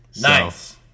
nice